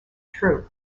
true